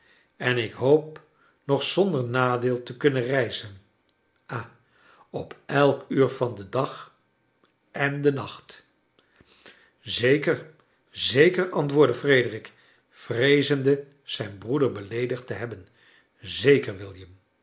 en ik hoop nog zonder nadeel te kunnen reizen ha op elk uur van den dag en den nacht zeker zeker antwoordde frederik vreezende zijn broeder beleedigd te hebben zeker